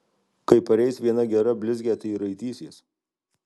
kai pareis viena gera blizgė tai raitysies